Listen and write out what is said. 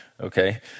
okay